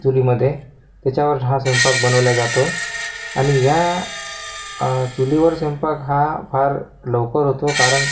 चुलीमधे त्याच्यावर हा स्वयंपाक बनवला जातो आणि ह्या चुलीवर स्वयंपाक हा फार लवकर होतो कारण